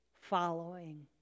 following